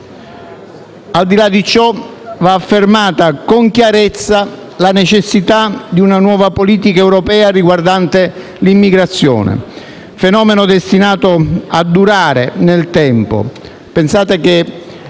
Al di là di ciò, va affermata con chiarezza la necessità di una nuova politica europea riguardante l'immigrazione, fenomeno destinato a durare nel tempo. Pensate che